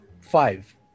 five